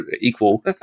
equal